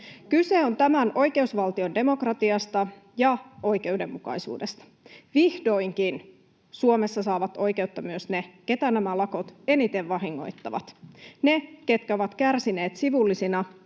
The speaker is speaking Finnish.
Kyse on tämän oikeusvaltion demokratiasta ja oikeudenmukaisuudesta. Vihdoinkin Suomessa saavat oikeutta myös ne, keitä nämä lakot eniten vahingoittavat, ne, ketkä ovat kärsineet sivullisina